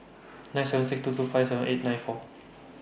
nine seven six two two five seven eight nine four